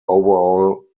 overall